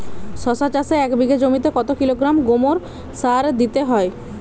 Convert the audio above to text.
শশা চাষে এক বিঘে জমিতে কত কিলোগ্রাম গোমোর সার দিতে হয়?